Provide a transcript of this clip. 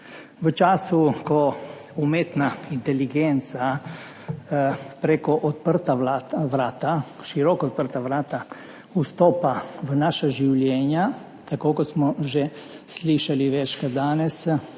V času, ko umetna inteligenca preko široko odprtih vrat vstopa v naša življenja, kot smo že slišali večkrat danes,